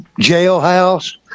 jailhouse